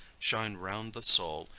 shine round the soul,